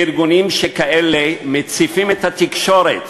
ארגונים כאלה מציפים את התקשורת